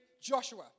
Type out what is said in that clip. Joshua